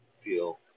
feel